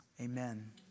Amen